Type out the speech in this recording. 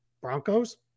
Broncos